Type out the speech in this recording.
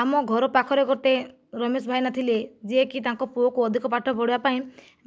ଆମ ଘରପାଖରେ ଗୋଟିଏ ରମେଶ ଭାଇନା ଥିଲେ ଯିଏକି ତାଙ୍କ ପୁଅକୁ ଅଧିକ ପାଠ ପଢ଼ାଇବାପାଇଁ